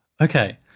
Okay